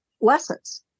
lessons